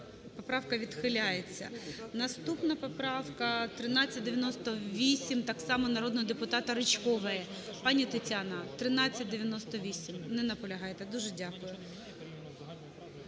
поправка відхиляється. Наступна поправка – 1398, так само народного депутата Ричкової. Пані Тетяна, 1398. Не наполягаєте. Дуже дякую.